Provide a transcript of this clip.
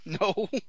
No